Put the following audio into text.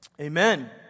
Amen